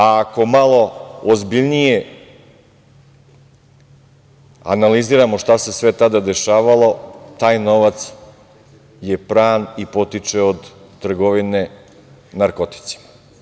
Ako malo ozbiljnije analiziramo šta se sve sada dešavalo, taj novac je pran i potiče od trgovine narkoticima.